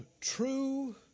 True